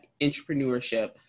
entrepreneurship